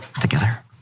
together